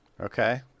Okay